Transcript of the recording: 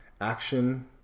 Action